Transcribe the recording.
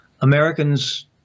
Americans